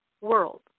world